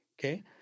Okay